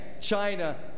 China